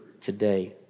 today